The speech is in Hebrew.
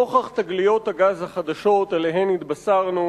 נוכח תגליות הגז החדשות שעליהן התבשרנו,